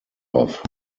off